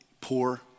poor